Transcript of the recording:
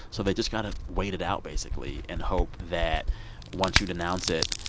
so they just got to wait it out, basically, and hope that once you denounce it,